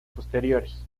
posteriores